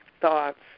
thoughts